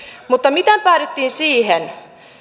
mutta miten päädyttiin siihen